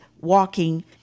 walking